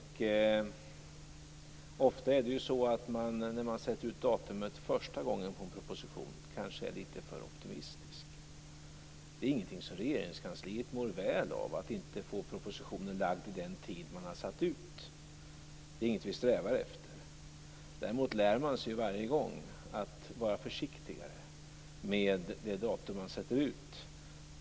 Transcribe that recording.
Ofta är det så när man sätter ut datumet första gången på en propositionen att man kanske är litet för optimistisk. Det är ingenting som Regeringskansliet mår väl av att inte få propositionen framlagd i den tid som har utsatts. Det är ingenting vi strävar efter. Däremot lär man sig varje gång att vara försiktigare med det datum man sätter ut.